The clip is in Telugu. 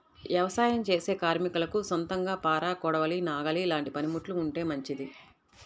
యవసాయం చేసే కార్మికులకు సొంతంగా పార, కొడవలి, నాగలి లాంటి పనిముట్లు ఉంటే మంచిది